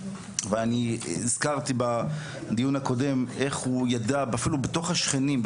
אני הזכרתי בדיון הקודם איך הוא ידע אפילו בתוך השכנים,